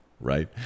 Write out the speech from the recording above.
right